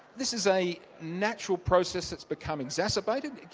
this is a natural process that's become exacerbated.